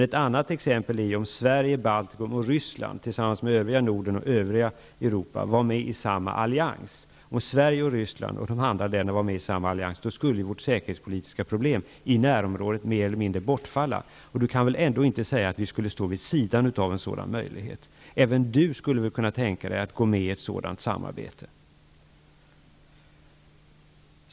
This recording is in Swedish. Ett annat exempel är om Sverige, Baltikum och Ryssland tillsammans med övriga Norden och övriga Europa var med i samma allians -- då skulle vårt säkerhetspolitiska problem i närområdet mer eller mindre bortfalla. Gudrun Schyman kan väl ändå inte önska att vi skulle stå vid sidan av en sådan möjlighet! Även Gudrun Schyman skulle väl kunna tänka sig att gå med i ett sådant samarbete.